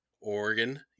Oregon